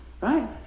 Right